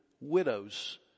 widows